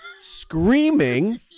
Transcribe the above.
screaming